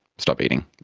stop eating.